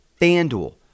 FanDuel